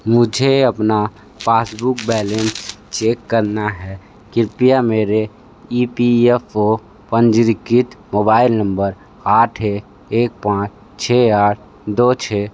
मुझे अपना passbook balance check करना है कृपया मेरे ई पी एफ ओ पंजीकृत मोबाईल नंबर आठ एक एक पाँच छः आठ दो छः